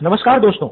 नमस्कार दोस्तों